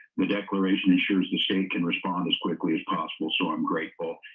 the declaration ensures the state can respond as quickly as possible so i'm grateful.